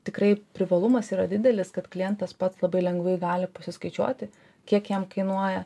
tikrai privalumas yra didelis kad klientas pats labai lengvai gali pasiskaičiuoti kiek jam kainuoja